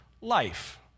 life